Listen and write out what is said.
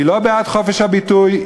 היא לא בעד חופש הביטוי,